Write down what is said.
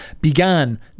began